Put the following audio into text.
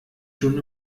schon